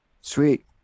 Sweet